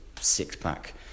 six-pack